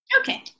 Okay